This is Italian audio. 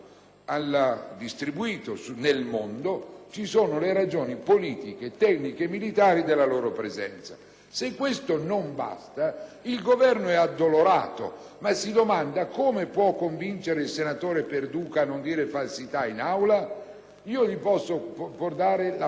Se questo non basta, il Governo è addolorato, ma si domanda: come può convincere il senatore Perduca a non dire falsità in Aula? Posso portare la fotocopia di questo documento, ma basterebbe comunque che si consultasse il resoconto delle sedute della Commissione esteri;